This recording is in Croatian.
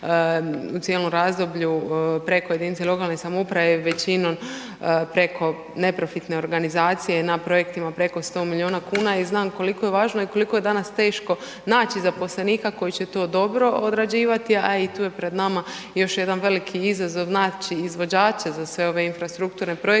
u cijelom razdoblju preko jedinice lokalne samouprave većinom preko neprofitne organizacije na projektima preko 100 milijuna kuna i znam koliko je važno i koliko je danas teško naći zaposlenika koji će to dobro odrađivati, a i tu je pred nama još jedan veliki izazov naći izvođače za sve ove infrastrukturne projekte,